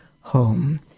home